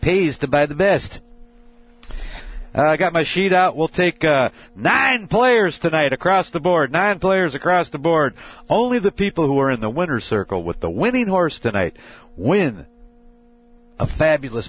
pays to buy the best i got my sheet out will take nine players tonight across the board nine players across the board only the people who are in the winner's circle with the winning horse tonight when a fabulous